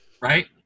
right